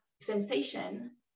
sensation